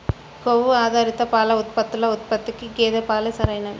కొవ్వు ఆధారిత పాల ఉత్పత్తుల ఉత్పత్తికి గేదె పాలే సరైనవి